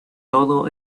todo